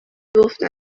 گفتم